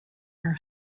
her